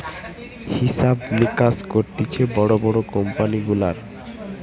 হিসাব মিকাস করতিছে বড় বড় কোম্পানি গুলার